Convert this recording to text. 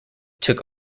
took